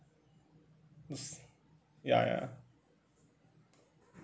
those ya ya